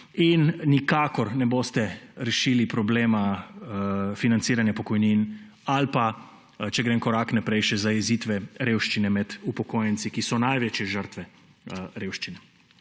in nikakor ne boste rešili problema financiranja pokojnin ali pa, če grem korak naprej, še zajezitve revščine med upokojenci, ki so največje žrtve revščine.